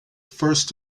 first